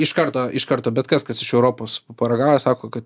iš karto iš karto bet kas kas iš europos paragauja sako kad